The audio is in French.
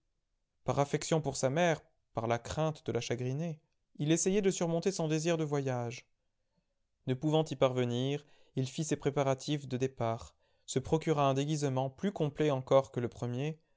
par affection pour sa mère par la crainte de la chagriner il essayait de surmonter son désir de voyage ne pouvant y parvenir il fit ses préparatifs de départ se procura un déguisement plus complet encore que le premier